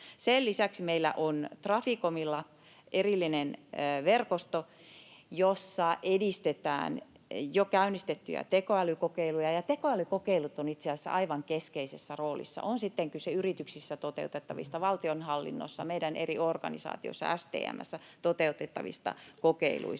Sen lisäksi meillä on Traficomilla erillinen verkosto, jossa edistetään jo käynnistettyjä tekoälykokeiluja, ja tekoälykokeilut ovat itse asiassa aivan keskeisessä roolissa, on sitten kyse yrityksissä, valtionhallinnossa, meidän eri organisaatioissa, STM:ssä, toteutettavista kokeiluista.